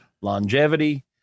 longevity